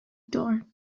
door